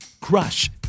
Crush